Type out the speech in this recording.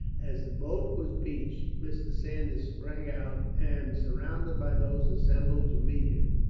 as the boat was beached, mr. saunders sprang out and, surrounded by those assembled to meet him,